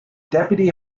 deputy